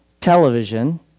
television